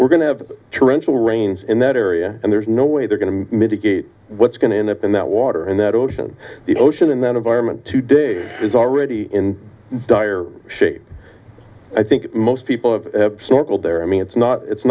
we're going to have torrential rains in that area and there's no way they're going to mitigate what's going to end up in that water and that ocean the ocean in that environment today is already in dire shape i think most people have circled there i mean it's not it's